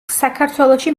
საქართველოში